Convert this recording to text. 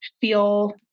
feel